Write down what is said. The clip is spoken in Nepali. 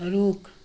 रुख